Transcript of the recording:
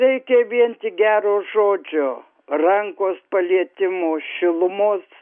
reikia vien tik gero žodžio rankos palietimo šilumos